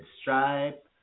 stripe